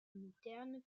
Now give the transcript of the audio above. moderne